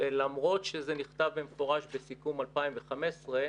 ולמרות שזה נכתב במפורש בסיכום 2015,